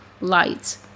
lights